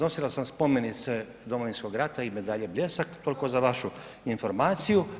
Nosilac sam spomenice Domovinskog rata i medalje „Bljesak“, toliko za vašu informaciju.